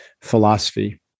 philosophy